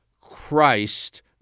Christ